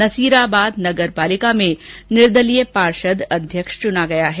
नसीराबाद नगरपालिका में निर्दलीय पार्षद अध्यक्ष चुना गया है